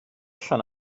allan